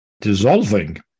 dissolving